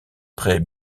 prêt